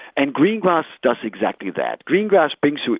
and greengrass does exactly that. greengrass brings you,